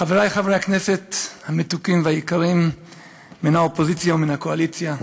חברי חברי הכנסת המתוקים והיקרים מן האופוזיציה ומן הקואליציה,